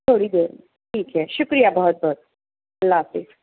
تھوڑی دیر میں ٹھیک ہے شکریہ بہت بہت اللہ حافظ